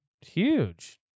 Huge